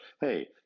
hey